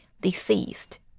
deceased